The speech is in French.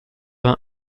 vingt